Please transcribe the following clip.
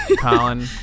Colin